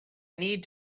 need